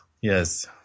yes